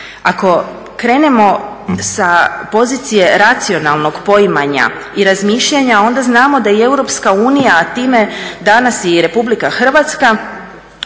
Ako krenemo sa pozicije racionalnog poimanja i razmišljanja onda znamo da i EU, a time danas i RH